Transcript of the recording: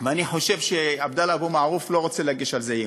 ואני חושב שעבדאללה אבו מערוף לא רוצה להגיש על זה אי-אמון,